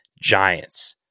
Giants